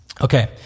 Okay